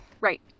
Right